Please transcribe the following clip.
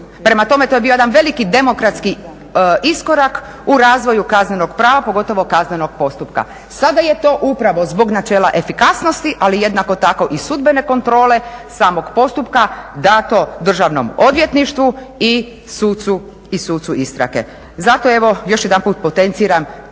Prema tome, to je bio jedan veliki demokratski iskorak u razvoju kaznenog prava, pogotovo kaznenog postupka. Sada je to upravo zbog načela efikasnosti, ali jednako tako i sudbene kontrole samog postupka dato Državnom odvjetništvu i sucu istrage. Zato evo još jedanput potenciram